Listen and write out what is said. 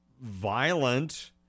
violent